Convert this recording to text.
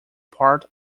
part